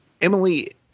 Emily